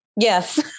Yes